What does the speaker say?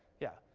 yeah.